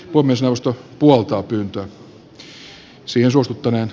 puhemiesneuvosto puoltaa pyyntöä